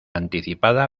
anticipada